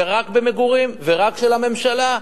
ורק במגורים ורק של הממשלה.